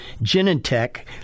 Genentech